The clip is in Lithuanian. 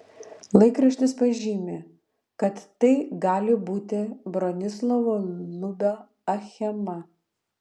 laikraštis pažymi kad tai gali būti bronislovo lubio achema